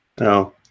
No